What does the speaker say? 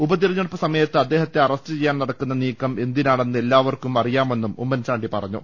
ഉപതെരഞ്ഞെടുപ്പ് സമയത്ത് അദ്ദേഹത്തെ അറസ്റ്റ് ചെയ്യാൻ നടക്കുന്ന നീക്കം എന്തിനാണെന്ന് എല്ലാവർക്കും അറിയാ മെന്നും ഉമ്മൻചാണ്ടി പറഞ്ഞു